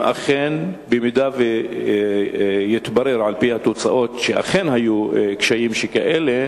אם יתברר, על-פי התוצאות, שאכן היו קשיים שכאלה,